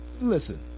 Listen